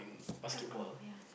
takraw ya